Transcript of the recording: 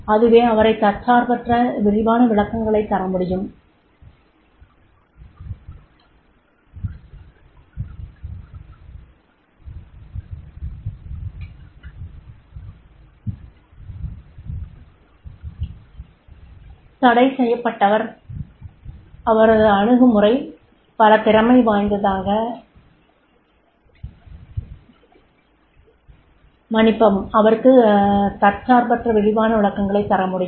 அதுவே அவருக்கு தர்சார்பற்ற விரிவான விளக்கங்களை தரமுடியும்